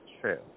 True